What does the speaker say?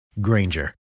Granger